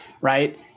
right